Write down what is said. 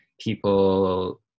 people